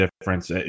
difference